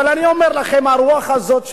אבל אני אומר לכם, הרוח הזאת של,